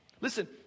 Listen